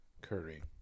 Curry